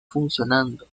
funcionando